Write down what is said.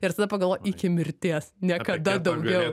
ir tada pagalvoji iki mirties niekada daugiau